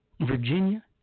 Virginia